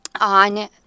on